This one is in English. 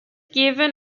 given